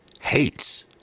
hates